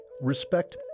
respect